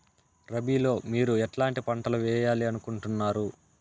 రబిలో మీరు ఎట్లాంటి పంటలు వేయాలి అనుకుంటున్నారు?